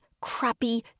crappy